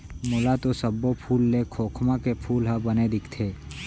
मोला तो सब्बो फूल ले खोखमा के फूल ह बने दिखथे